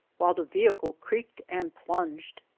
while the vehicle creaked and plunged.